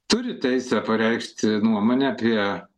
turi teisę pareikšti nuomonę apie